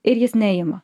ir jis neima